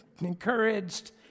encouraged